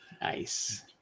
nice